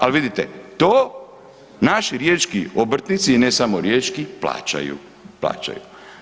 Ali vidite, to naši riječki obrtnici i ne samo riječki, plaćaju.